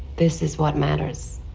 this is what matters